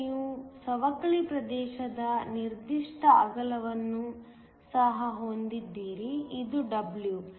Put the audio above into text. ಮತ್ತು ನೀವು ಸವಕಳಿ ಪ್ರದೇಶದ ನಿರ್ದಿಷ್ಟ ಅಗಲವನ್ನು ಸಹ ಹೊಂದಿದ್ದೀರಿ ಇದು w